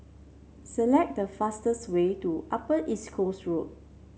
select the fastest way to Upper East Coast Road